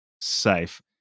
safe